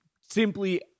simply